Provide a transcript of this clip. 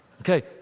Okay